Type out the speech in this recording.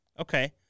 Okay